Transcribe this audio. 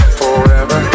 forever